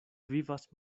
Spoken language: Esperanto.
vivas